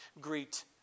Greet